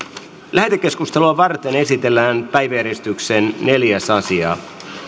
lähetekeskustelua varten esitellään päiväjärjestyksen neljäs asia